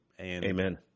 Amen